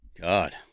God